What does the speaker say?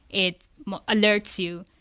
it alerts you.